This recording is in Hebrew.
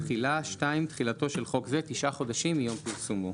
תחילה 2. תחילתו של חוק זה תשעה חודשים מיום פרסומו.